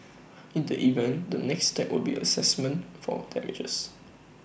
in that event the next step will be A Assessment for damages